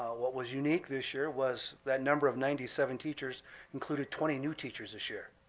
what was unique this year was that number of ninety seven teachers included twenty new teachers this year.